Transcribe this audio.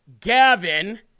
Gavin